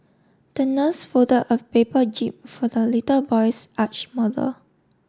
the nurse folded a paper jib for the little boy's yacht model